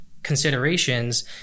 considerations